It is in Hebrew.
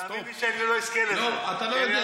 אתה לא יודע.